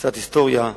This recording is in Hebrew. קצת היסטוריה: